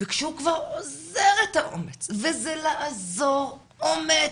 וכשהוא כבר אוזר את האומץ, וזה לאזור אומץ,